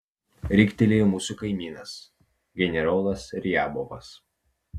riktelėjo mūsų kaimynas generolas riabovas